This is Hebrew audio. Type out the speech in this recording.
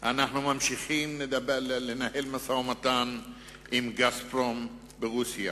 אנחנו ממשיכים לנהל משא-ומתן עם חברת "גז פרום" ברוסיה,